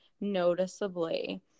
noticeably